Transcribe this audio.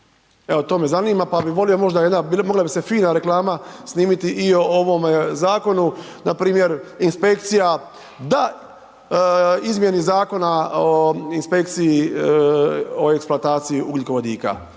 Evo to me zanima, pa bi volio možda, bi li, mogla bi se fina reklama snimiti i o ovome zakonu, npr. inspekcija da izmjeni Zakona o inspekciji, o eksploataciji ugljikovodika,